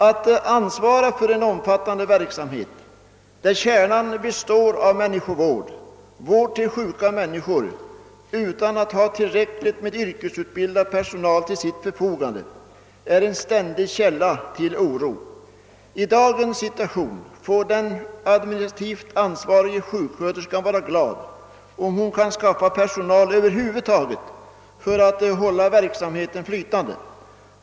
Att ansvara för en omfattande verksamhet, där kärnan består av människovård — vård till sjuka människor — utan att ha tillräckligt med yrkesutbildad personal till sitt förfogande är en ständig källa till oro. I dagens situation får den administrativt ansvariga sjuksköterskan vara glad om hon kan skaffa personal överhuvudtaget för att hålla verksamheten flytande.